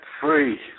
free